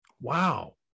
wow